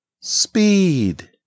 Speed